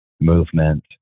movement